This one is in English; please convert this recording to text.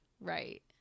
Right